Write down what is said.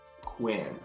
Quinn